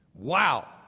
Wow